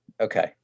Okay